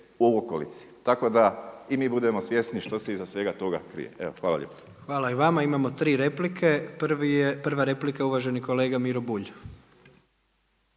u okolici. Tako da i mi budemo svjesni što se iza svega toga krije. Evo hvala lijepo. **Jandroković, Gordan (HDZ)** Hvala i vama. Imamo tri replike. Prva replika je uvaženi kolega Miro Bulj.